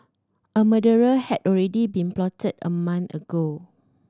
a murder had already been plotted a month ago